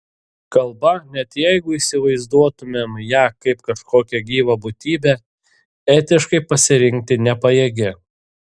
kalba net jeigu įsivaizduotumėm ją kaip kažkokią gyvą būtybę etiškai pasirinkti nepajėgi